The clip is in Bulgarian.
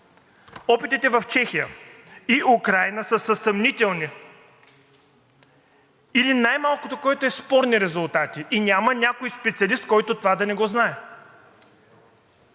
Опитите в Чехия и Украйна са съмнителни или най-малкото, което е, със спорни резултати и няма някой специалист, който това да не го знае.